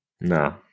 No